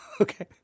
Okay